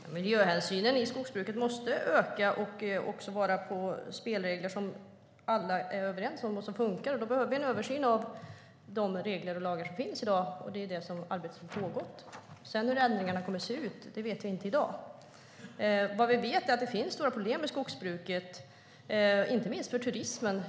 Herr talman! Miljöhänsynen i skogsbruket måste öka och ha spelregler som alla är överens om och som funkar. Då behövs en översyn av de regler och lagar som finns, och det arbetet pågår. Men hur ändringarna kommer att se ut vet vi inte i dag. Vi vet att det finns problem i skogsbruket, inte minst för turismen.